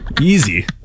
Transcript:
Easy